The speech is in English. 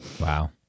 Wow